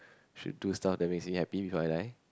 should do stuff that meaning happy with my life